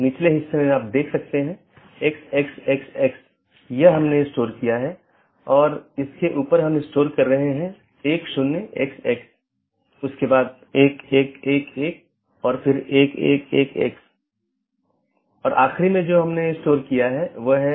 इसका मतलब है कि BGP का एक लक्ष्य पारगमन ट्रैफिक की मात्रा को कम करना है जिसका अर्थ है कि यह न तो AS उत्पन्न कर रहा है और न ही AS में समाप्त हो रहा है लेकिन यह इस AS के क्षेत्र से गुजर रहा है